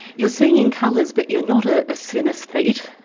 you're seeing in colours but you're not a ah synesthete,